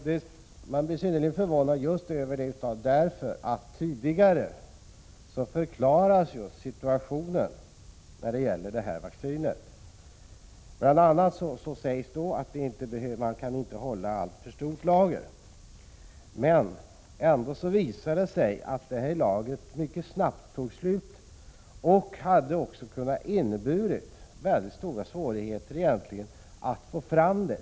Detta uttalande är förvånande, när hon tidigare i svaret förklarar situationen när det gäller detta vaccin. Bl. a. sägs att lagret inte kan hållas alltför stort. Det visade sig ändå att lagret mycket snabbt tog slut, och det kunde ha blivit mycket svårt att få fram nytt vaccin.